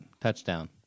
Touchdown